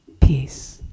peace